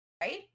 right